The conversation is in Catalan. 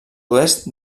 oest